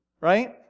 Right